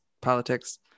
politics